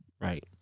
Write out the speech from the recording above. Right